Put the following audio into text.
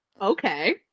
Okay